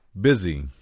Busy